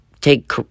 take